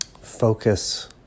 focus